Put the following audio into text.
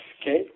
okay